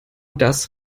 das